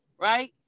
right